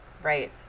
right